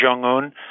Jong-un